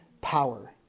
power